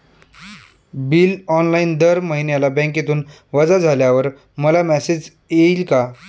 Bill online दर महिन्याला बँकेतून वजा झाल्यावर मला मेसेज येईल का?